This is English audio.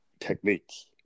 techniques